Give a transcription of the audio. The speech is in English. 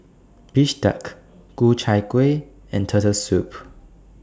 Bistake Ku Chai Kueh and Turtle Soup